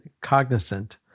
cognizant